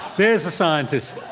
there's a scientist.